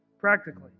practically